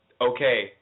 okay